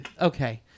Okay